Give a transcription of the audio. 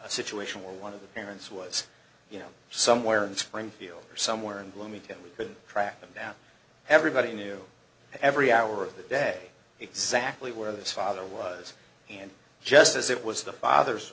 a situation where one of the parents was you know somewhere in springfield or somewhere and gloomy didn't we couldn't track them down everybody knew every hour of the day exactly where this father was and just as it was the father